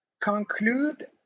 conclude